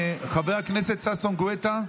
חבר הכנסת ששון גואטה,